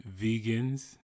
vegans